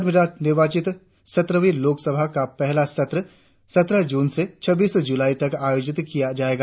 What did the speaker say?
नवनिर्वाचित सत्रहवीं लोकसभा का पहला सत्र सत्रह जून से छब्बीस जून तक आयोजित किया जाएगा